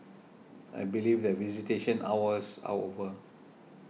I believe that visitation hours are over